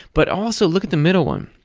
but also look at the middle one.